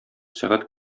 сәгать